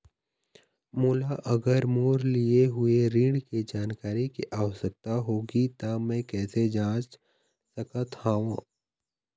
मोला अगर मोर लिए हुए ऋण के जानकारी के आवश्यकता होगी त मैं कैसे जांच सकत हव?